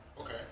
Okay